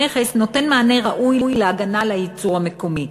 נותן מענה ראוי להגנה על הייצור המקומי.